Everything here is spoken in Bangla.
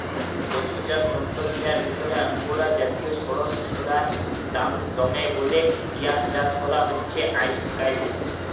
পসুজাত তন্তুগিলার ভিতরে আঙগোরা জাতিয় সড়সইড়ার দাম দমে বল্যে ইয়ার চাস করা হছে আইজকাইল